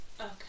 Okay